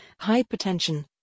hypertension